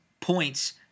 points